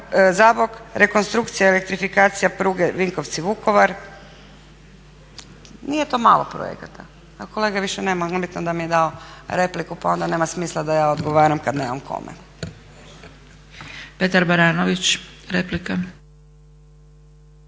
rekonstrukcija elektrifikacija pruge Vinkovci-Vukovar. Nije to malo projekata. Evo kolege više nema, ali bitno da mi je dao repliku pa onda nema smisla da ja odgovaram kad nemam kome. **Zgrebec, Dragica